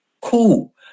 cool